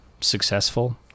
successful